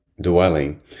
dwelling